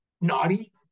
naughty